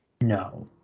No